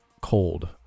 cold